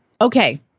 Okay